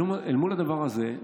אל מול הדבר הזה,